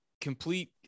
complete